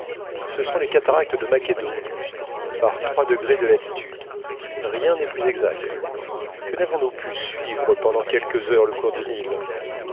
ce sont les cataractes de makedo par trois degrés de latitude rien n'est plus exact que n'avons-nous pu suivre pendant quelques heures le cours du nil